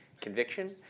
conviction